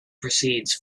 proceeds